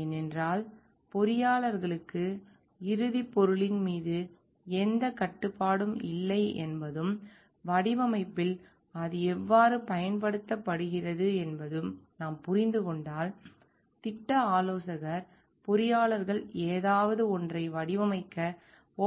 ஏனென்றால் பொறியாளர்களுக்கு இறுதிப் பொருளின் மீது எந்தக் கட்டுப்பாடும் இல்லை என்பதும் வடிவமைப்பில் அது எவ்வாறு பயன்படுத்தப்படுகிறது என்பதும் நாம் புரிந்து கொண்டால் திட்ட ஆலோசகர் பொறியாளர்கள் ஏதாவது ஒன்றை வடிவமைக்க